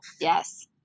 Yes